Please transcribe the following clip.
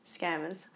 scammers